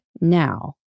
now